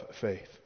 faith